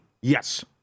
Yes